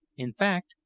in fact,